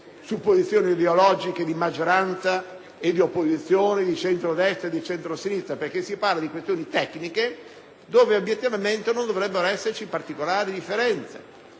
su posizioni ideologiche di maggioranza e di opposizione, di centrodestra e di centrosinistra, perché si parla di questioni tecniche rispetto alle quali non dovrebbero esservi particolari differenze.